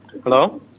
Hello